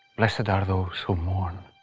blessed are those who mourn.